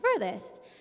furthest